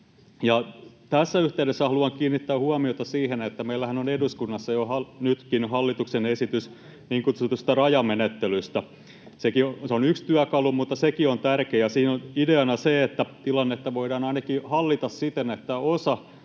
tässä yhteydessä haluan kiinnittää huomiota siihen, että meillähän on eduskunnassa jo nytkin hallituksen esitys niin kutsutusta rajamenettelystä. Se on yksi työkalu, mutta sekin on tärkeä, ja siinä on ideana se, että tilannetta voidaan ainakin hallita siten, että osa